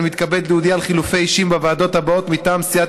אני מתכבד להודיע על חילופי אישים מטעם סיעת